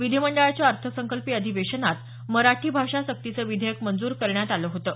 विधीमंडळाच्या अर्थसंकल्पीय अधिवेशनात मराठी भाषा सक्तीचं विधेयक मंजूर करण्यात आलं होतं